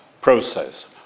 process